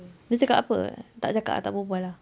dia cakap apa tak cakap ah tak berbual lah